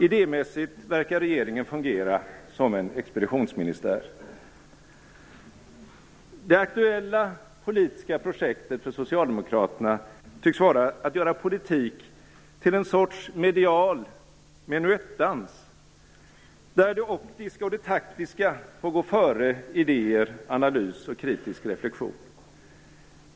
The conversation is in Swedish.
Idémässigt verkar regeringen fungera som en expeditionsministär. Det aktuella politiska projektet för Socialdemokraterna tycks vara att göra politik till en sorts medial menuettdans, där det optiska och det taktiska får gå före idéer, analys och kritisk reflexion.